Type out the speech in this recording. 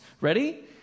Ready